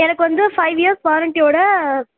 எனக்கு வந்து five years வாரண்டியோடு